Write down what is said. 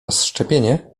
rozszczepienie